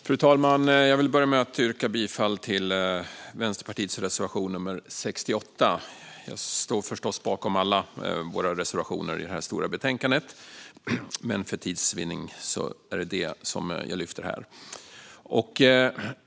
Fru talman! Jag vill börja med att yrka bifall till Vänsterpartiets reservation nummer 68. Jag står förstås bakom alla våra reservationer i detta stora betänkande, men för tids vinning yrkar jag bifall endast till denna.